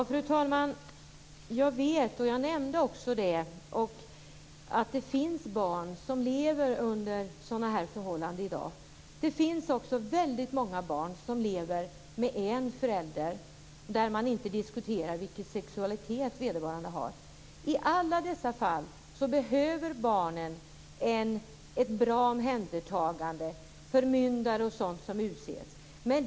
Fru talman! Jag vet - detta har jag tidigare nämnt - att det finns barn som i dag lever under nämnda förhållanden. Det finns också många barn som lever med en förälder, och då diskuteras inte vilken sexualitet vederbörande har. I alla de fallen behöver barnen ett bra omhändertagande dvs. att förmyndare utses osv.